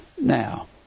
Now